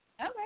Okay